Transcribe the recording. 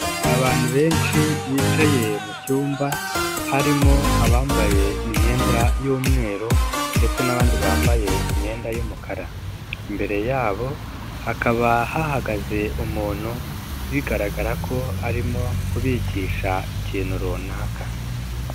Abantu benshi bicaye mu cyumba harimo abambaye imyenda y'umweru ndetse n'abandi bambaye imyenda y'umukara, imbere yabo hakaba hahagaze umuntu bigaragara ko arimo kubigisha ikintu runaka.